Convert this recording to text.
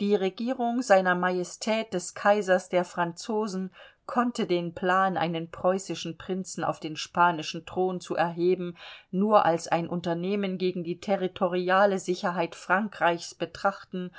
die regierung sr majestät des kaisers der franzosen konnte den plan einen preußischen prinzen auf den spanischen thron zu erheben nur als ein unternehmen gegen die territoriale sicherheit frankreichs betrachten